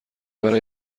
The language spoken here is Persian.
برای